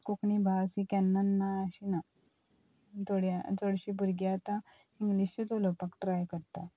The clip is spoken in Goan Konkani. कोंकणी भास ही केन्ना ना अशी ना थोड्या चडशीं भुरगीं आतां इंग्लिशूच उलोवपाक ट्राय करता